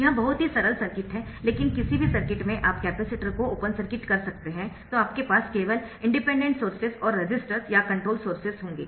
यह बहुत ही सरल सर्किट है लेकिन किसी भी सर्किट में आप कैपेसिटर को ओपन सर्किट कर सकते है तो आपके पास केवल इंडिपेंडेंट सोर्सेस और रेसिस्टर्स या कंट्रोल्ड सोर्सेस होंगे